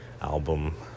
album